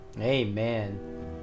Amen